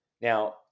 Now